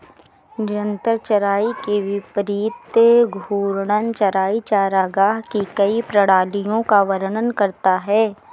निरंतर चराई के विपरीत घूर्णन चराई चरागाह की कई प्रणालियों का वर्णन करता है